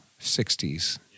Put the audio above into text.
60s